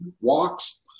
walks